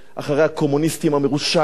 אחרי הקומוניסטים המרושעים,